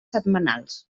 setmanals